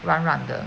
软软的